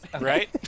Right